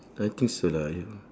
don't think so lah you know